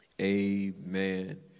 Amen